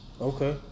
Okay